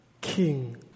King